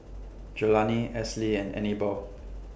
Jelani Esley and Anibal